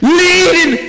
leading